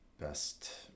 best